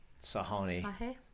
Sahani